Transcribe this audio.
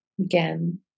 Again